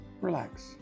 relax